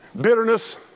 Bitterness